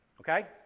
Okay